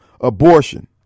abortion